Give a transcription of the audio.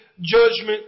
judgment